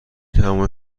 همان